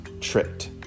tricked